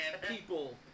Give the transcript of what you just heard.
people